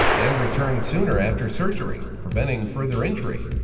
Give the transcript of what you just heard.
and return sooner after surgery, preventing further injury.